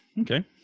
Okay